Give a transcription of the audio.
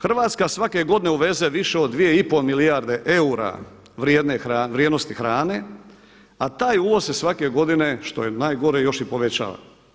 Hrvatska svake godine uveze više od 2,5 milijarde eura vrijednosti hrane a taj uvoz se svake godine, što je najgore još i povećava.